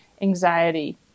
anxiety